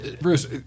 Bruce